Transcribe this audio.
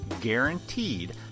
guaranteed